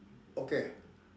okay